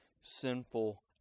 sinful